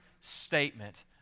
statement